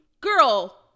Girl